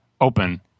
open